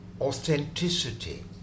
authenticity